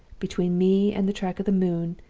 between me and the track of the moon,